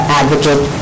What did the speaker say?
advocate